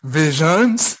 visions